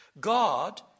God